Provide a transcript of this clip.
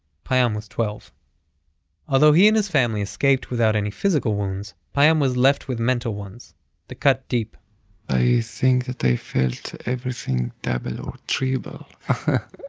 payam was twelve although he and his family escaped without any physical wounds, payam was left with mental ones that cut deep i think that i felt everything double or triple.